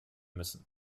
müssen